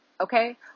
okay